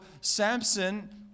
Samson